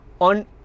on